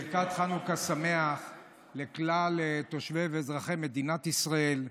ברכת חנוכה שמח לכלל תושבי ואזרחי מדינת ישראל,